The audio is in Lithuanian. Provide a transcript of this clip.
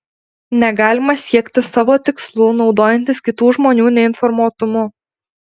negalima siekti savo tikslų naudojantis kitų žmonių neinformuotumu